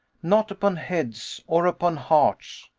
not upon heads, or upon hearts,